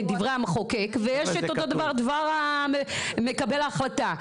דברי המחוקק ויש את דבר מקבל ההחלטה,